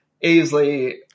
easily